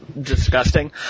disgusting